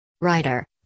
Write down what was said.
writer